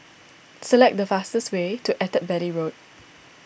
select the fastest way to Attap Valley Road